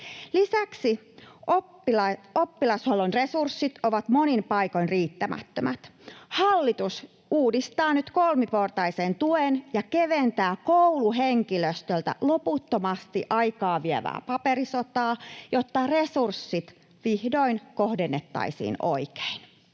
Lisäksi oppilashuollon resurssit ovat monin paikoin riittämättömät. Hallitus uudistaa nyt kolmiportaisen tuen ja keventää kouluhenkilöstöltä loputtomasti aikaa vievää paperisotaa, jotta resurssit vihdoin kohdennettaisiin oikein.